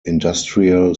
industrial